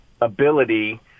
ability